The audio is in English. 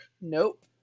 Nope